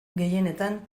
gehienetan